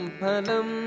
Palam